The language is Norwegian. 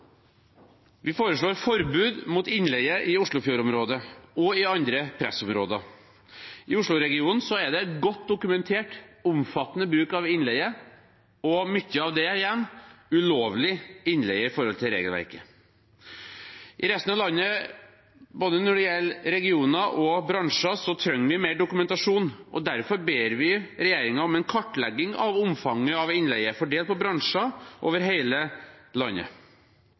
Vi foreslår forbud mot innleie i Oslofjord-området og i andre pressområder. I Oslo-regionen er det godt dokumentert omfattende bruk av innleie, og mye av det igjen ulovlig innleie i henhold til regelverket. I resten av landet, både når det gjelder regioner og bransjer, trenger vi mer dokumentasjon, derfor ber vi regjeringen om en kartlegging av omfanget av innleie fordelt på bransjer over hele landet.